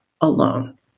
alone